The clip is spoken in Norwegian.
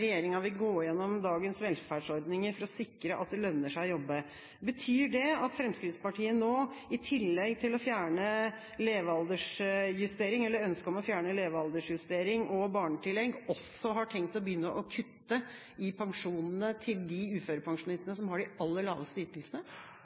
regjeringa vil gå gjennom dagens velferdsordninger for å sikre at det lønner seg å jobbe. Betyr det at Fremskrittspartiet nå, i tillegg til ønsket om å fjerne levealdersjustering og barnetillegg, også har tenkt å begynne å kutte i pensjonene til de